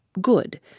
Good